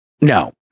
No